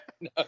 No